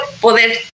poder